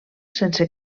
sense